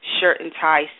shirt-and-tie